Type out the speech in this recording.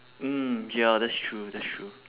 mm ya that's true that's true